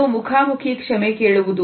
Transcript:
ಇದು ಮುಖಾಮುಖಿ ಕ್ಷಮೆ ಕೇಳುವುದು